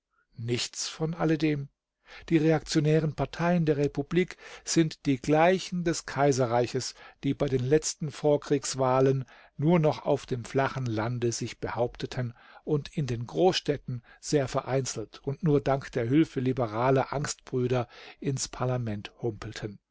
nichts von alledem die reaktionären parteien der republik sind die gleichen des kaiserreichs die bei den letzten vorkriegswahlen nur noch auf dem flachen lande sich behaupteten und in den großstädten sehr vereinzelt und nur dank der hülfe liberaler angstbrüder ins parlament humpelten